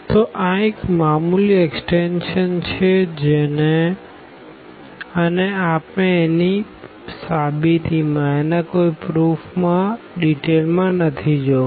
તો આ એક ટ્રીવિઅલ એક્સ્ટેંશન છે અને આપણે તેની સાબિતી માં નથી જવું